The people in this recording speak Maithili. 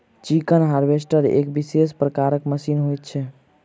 चिकन हार्वेस्टर एक विशेष प्रकारक मशीन होइत छै